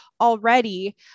already